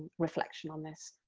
reflection on this.